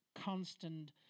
constant